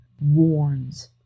warns